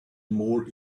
more